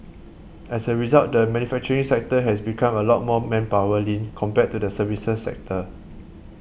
as a result the manufacturing sector has become a lot more manpower lean compared to the services sector